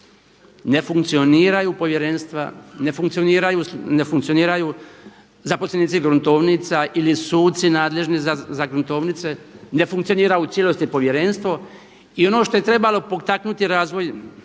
ne funkcioniraju povjerenstva, ne funkcioniraju zaposlenici gruntovnica ili suci nadležni za gruntovnice, ne funkcionira u cijelosti povjerenstvo. I ono što je trebalo potaknuti razvoj